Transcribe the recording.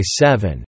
seven